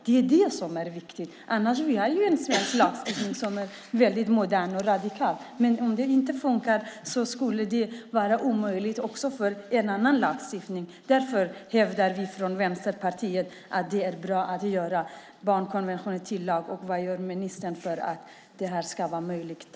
Det är det som är viktigt. Vi har ju en svensk lagstiftning som är väldigt modern och radikal, men om den inte funkar blir det omöjligt också för en annan lagstiftning. Därför hävdar vi från Vänsterpartiet att det är bra att göra barnkonventionen till lag. Vad gör ministern för att det ska bli möjligt?